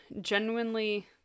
genuinely